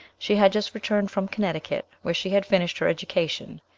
she had just returned from connecticut, where she had finished her education.